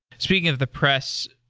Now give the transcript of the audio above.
speaking of the press,